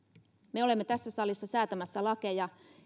me olemme tässä salissa säätämässä lakeja